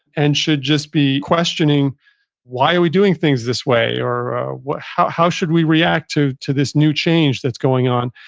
and should just be questioning why are we doing things this way or how how should we react to to this new change that's going on.